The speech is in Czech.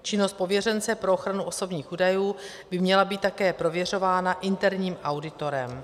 Činnost pověřence pro ochranu osobních údajů by měla být také prověřována interním auditorem.